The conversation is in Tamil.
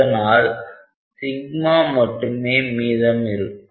அதனால் σ மட்டுமே மீதம் இருக்கும்